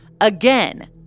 Again